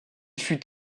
fut